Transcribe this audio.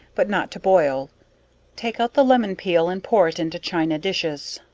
but not to boil take out the lemon peal and pour it into china dishes.